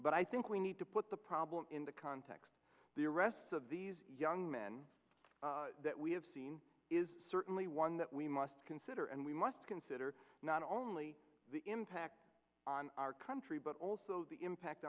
but i think we need to put the problem in the context the arrests of these young men that we have seen is certainly one that we must consider and we must consider not only the impact on our country but also the impact